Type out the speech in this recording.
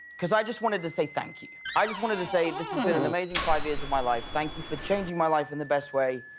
because i just wanted to say thank you. i just wanted to say, this has been an amazing five years of my life. thank you for changing my life in the best way,